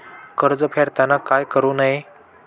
कर्ज फेडताना काय करु नये?